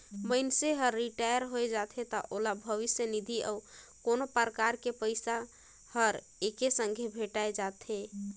मइनसे हर रिटायर होय जाथे त ओला भविस्य निधि अउ कोनो परकार के पइसा हर एके संघे भेंठाय जाथे